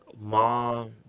mom